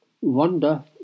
Wonder